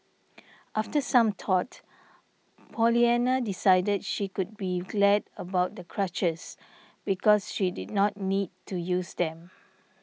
after some thought Pollyanna decided she could be glad about the crutches because she did not need to use them